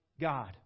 God